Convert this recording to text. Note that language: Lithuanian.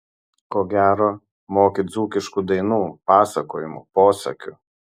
ko gero moki dzūkiškų dainų pasakojimų posakių